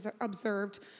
observed